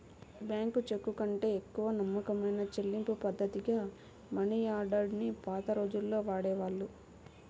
bank చెక్కుకంటే ఎక్కువ నమ్మకమైన చెల్లింపుపద్ధతిగా మనియార్డర్ ని పాత రోజుల్లో వాడేవాళ్ళు